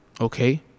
Okay